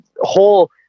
whole